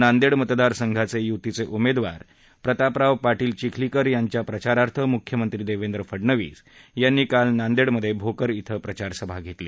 नांदेड मतदारसंघाचे युतीचे उमेदवार प्रतापराव पाटील चिखलीकर यांच्या प्रचारार्थ मुख्यमंत्री देवेंद्र फडणवीस यांनी काल नांदेडमध्ये भोकर श्वं प्रचारसभा घेतली